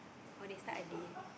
oh they start early